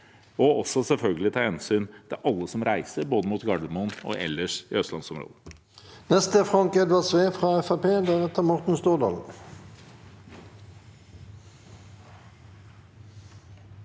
og selvfølgelig også ta hensyn til alle som reiser både til Gardermoen og ellers i Østlandsområdet.